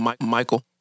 Michael